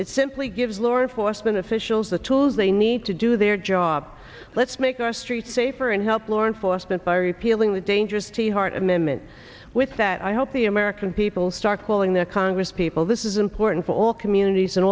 it simply gives laura for us than officials the tools they need to do their job let's make our streets safer and help lawrence force that by repealing the dangerous to the heart amendment with that i hope the american people start calling their congress people this is important for all communities and